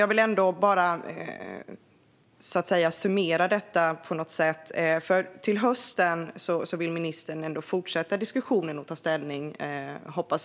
Jag vill bara summera detta på något sätt. Till hösten hoppas jag att ministern vill fortsätta diskussionen och ta ställning.